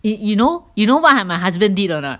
you you know you know what I my husband did or not